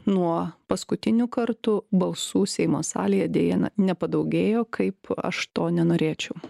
nuo paskutinių kartų balsų seimo salėje deja na nepadaugėjo kaip aš to nenorėčiau